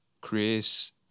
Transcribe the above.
Chris